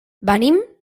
venim